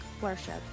worship